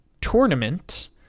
tournament